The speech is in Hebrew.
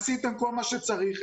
עשיתם כל מה שצריך,